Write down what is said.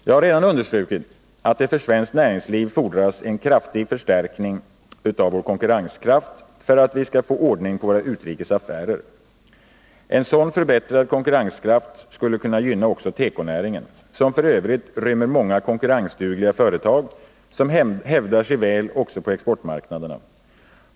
Jag har redan understrukit att det för svenskt näringsliv fordras en kraftig förstärkning av vår konkurrenskraft för att vi skall få ordning på våra utrikes affärer. En sådan förbättrad konkurrenskraft skulle kunna gynna också tekonäringen, som f.ö. rymmer många konkurrensdugliga företag som hävdar sig väl också på exportmarknaderna.